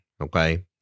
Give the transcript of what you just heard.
okay